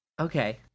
Okay